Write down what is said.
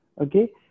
Okay